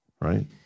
Right